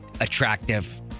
attractive